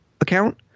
account